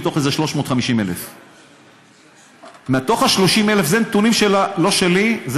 מאיזה 350,000. אלו נתונים לא שלי,